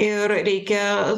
ir reikia